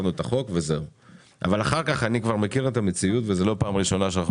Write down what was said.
אבל אחר-כך אני כבר מכיר את המציאות וזאת לא פעם ראשונה שאנחנו